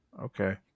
Okay